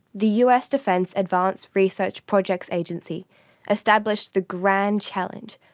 the us defence advanced research projects agency established the grand challenge,